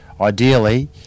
Ideally